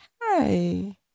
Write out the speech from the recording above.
hi